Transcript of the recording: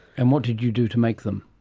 and what did you do to make them?